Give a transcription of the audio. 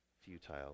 futile